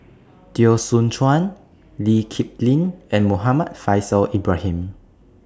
Teo Soon Chuan Lee Kip Lin and Muhammad Faishal Ibrahim